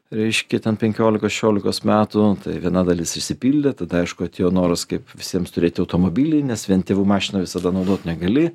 reiškia ten penkiolikos šešiolikos metų viena dalis išsipildė tad aišku atėjo noras kaip visiems turėti automobilį nes vien tėvų mašiną visada naudot negali